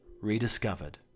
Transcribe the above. rediscovered